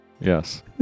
Yes